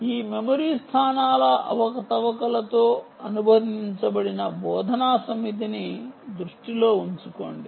ఈ మెమరీ స్థానాల అవకతవకలతో అనుబంధించబడిన బోధనా సమితిని దృష్టిలో ఉంచుకోండి